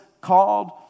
called